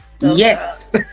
Yes